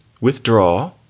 withdraw